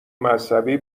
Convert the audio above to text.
مذهبی